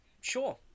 Sure